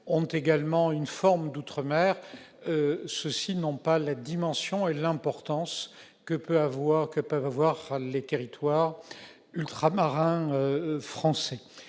ont également une forme d'outre-mer, celui-ci n'a pas la dimension ni l'importance des territoires ultramarins français.